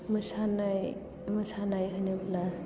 मोसानाय मोसानाय होनोब्ला